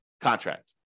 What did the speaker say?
contract